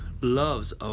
loves